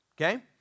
okay